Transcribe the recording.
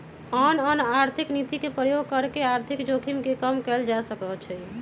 आन आन आर्थिक नीति के प्रयोग कऽ के आर्थिक जोखिम के कम कयल जा सकइ छइ